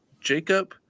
Jacob